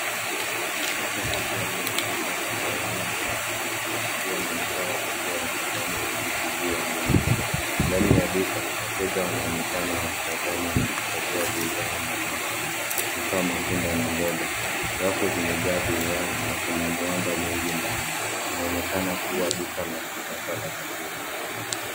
Duka kubwa linaitwa, Chandarana Food Plus, likiwa na ishara kubwa ya kijani kibichi juu ya mlango. Ndani ya duka, wateja wanaoenekana wakitazama na kuchagua bidhaa mbalimbali, hasa matunda na mboga. Rafu zimejaa bidhaa na kuna mwanga mwingi ndani. Inaonekana kuwa duka la kisasa la chakula.